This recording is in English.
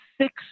six